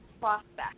prospect